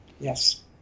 yes